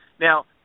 Now